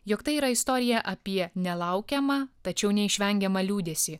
jog tai yra istorija apie nelaukiamą tačiau neišvengiamą liūdesį